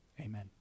Amen